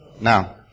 Now